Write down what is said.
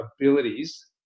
abilities